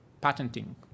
patenting